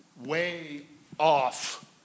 way-off